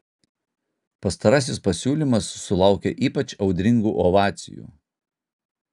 pastarasis pasiūlymas sulaukė ypač audringų ovacijų